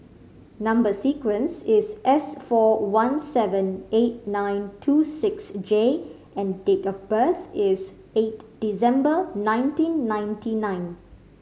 number sequence is S four one seven eight nine two six J and date of birth is eight December nineteen ninety nine